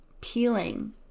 peeling